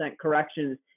corrections